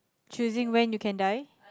choosing when you can die